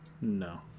No